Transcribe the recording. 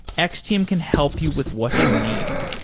x-team can help you with what you need.